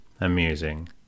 amusing